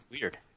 weird